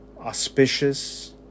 auspicious